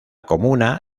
comuna